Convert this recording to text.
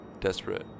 desperate